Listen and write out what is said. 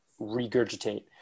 regurgitate